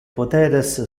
poteres